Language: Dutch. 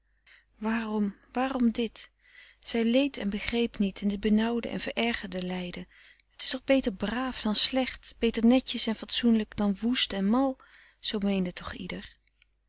waarom waarom dit zij leed en begreep niet en dit benauwde en verergerde lijden het is toch beter braaf dan slecht beter netjes en fatsoenlijk dan woest en mal zoo meende toch ieder